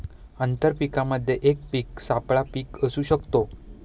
आंतर पीकामध्ये एक पीक सापळा पीक असू शकते